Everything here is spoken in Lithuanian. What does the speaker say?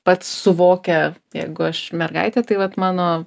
pats suvokia jeigu aš mergaitė tai vat mano